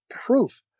proof